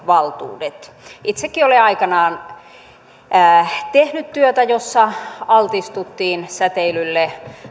valtuudet itsekin olen aikoinaan röntgenlääkärinä tehnyt työtä jossa altistuttiin säteilylle